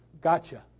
gotcha